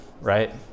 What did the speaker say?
right